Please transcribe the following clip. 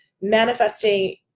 manifesting